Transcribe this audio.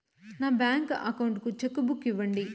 నా bank account కు cheque book ఇవ్వండి